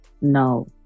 no